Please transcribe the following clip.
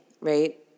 right